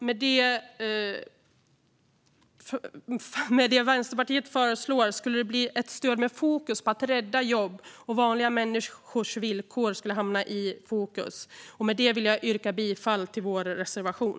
Med det som Vänsterpartiet föreslår skulle det bli ett stöd med fokus på att rädda jobb, och vanliga människors villkor skulle hamna i fokus. Med det vill jag yrka bifall till vår reservation.